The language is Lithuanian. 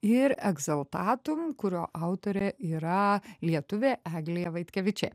ir egzaltatum kurio autorė yra lietuvė eglija vaitkevičė